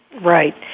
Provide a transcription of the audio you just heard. Right